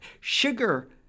sugar